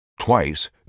Twice